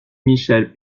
michel